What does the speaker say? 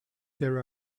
there